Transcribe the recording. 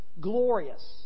glorious